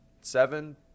seven